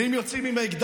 ואם הם יוצאים עם האקדח,